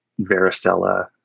varicella